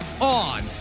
on